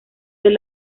del